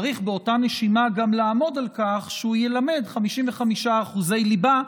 צריך באותה נשימה גם לעמוד על כך שהוא ילמד 55% ליבה,